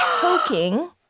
choking